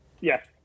Yes